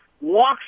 walks